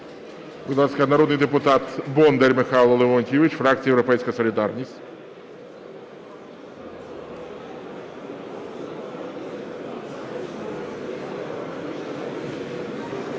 Будь ласка, народний депутат Бондар Михайло Леонтійович, фракція "Європейська солідарність".